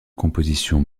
composition